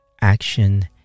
action